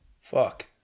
Fuck